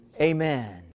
amen